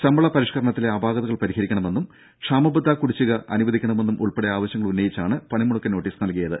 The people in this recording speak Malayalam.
ശമ്പള പരിഷ്കരണത്തിലെ അപാകതകൾ പരിഹരിക്കണമെന്നും ക്ഷാമബത്ത കുടിശ്ശിക അനുവദിക്കണ മെന്നും ഉൾപ്പെടെ ആവശ്യങ്ങളുന്നയിച്ചാണ് പണിമുടക്ക് നോട്ടീസ് നൽകിയത്